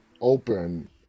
open